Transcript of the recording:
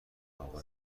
اقا